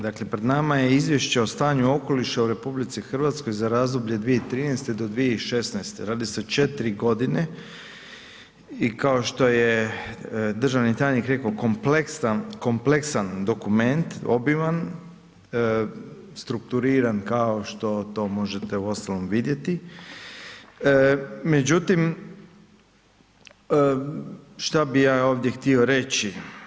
Dakle, pred nama je Izvješće o stanju okoliša u RH za razdoblje 2013. do 2016., radi se o 4 godine i kao što je državni tajnik rekao kompleksan, kompleksan dokument, obiman strukturiran kao što to možete uostalom vidjeti, međutim šta bi ja htio ovdje reći.